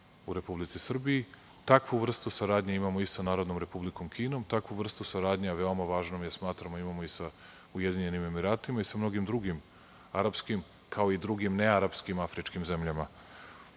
u Republici Srbiji. Takvu vrstu saradnje imamo i sa Narodnom Republikom Kinom, takvu vrstu saradnje, a veoma važnom je smatramo, imamo i sa Ujedinjenim Emiratima i sa mnogim drugim arapskim, kao i drugim nearapskim afričkim